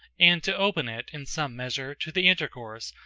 and to open it in some measure to the intercourse,